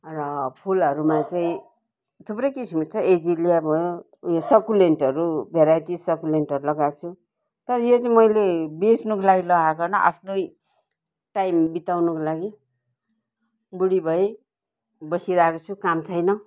र फूलहरूमा चाहिँ थुप्रै किसिमको छ एजिलिया भयो उयो सकुलेन्टहरू भेराइटी सकुलेन्टहरू लगाएको छु तर यो चाहिँ मैले बेच्नुको लागि लगाएको होइन आफ्नै टाइम बिताउनुको लागि बुडी भएँ बसिरहेको छु काम छैन